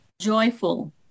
Joyful